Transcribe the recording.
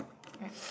right